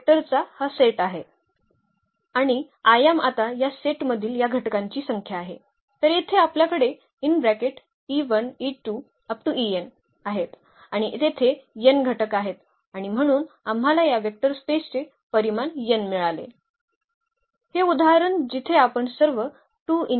म्हणूनच हा सेट पुन्हा चा आधार बनवितो ज्या नंतर आपण अधिक स्पष्टीकरणाकडे येऊ आधार अद्वितीय नाही